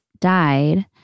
Died